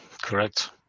Correct